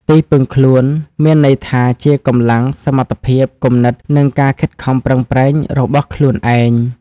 «ទីពឹងខ្លួន» មានន័យថាជា កម្លាំង សមត្ថភាព គំនិត និង ការខិតខំប្រឹងប្រែង របស់ខ្លួនឯង។